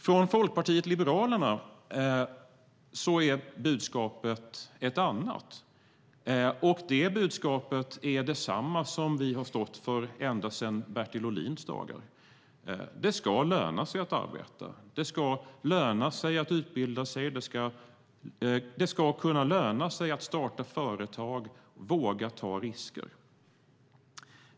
Från Folkpartiet liberalerna är budskapet ett annat, och budskapet är detsamma som vi har stått för ända sedan Bertil Ohlins dagar: Det ska löna sig att arbeta, det ska löna sig att utbilda sig och det ska kunna löna sig att starta företag och våga ta risker.